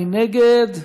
מי נגד?